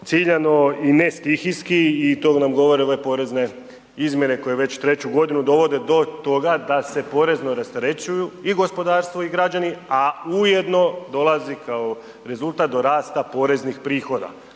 ciljano i ne stihijski i to nam govore ove porezne izmjene koje već treću godinu dovode do toga da se porezno rasterećuju i gospodarstvo i građani, a ujedno dolazi kao rezultat do rasta poreznih prihoda.